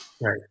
Right